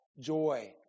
Joy